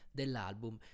dell'album